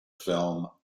film